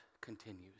continues